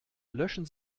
löschen